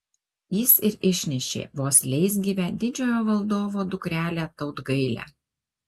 jis ir išnešė vos leisgyvę didžiojo valdovo dukrelę tautgailę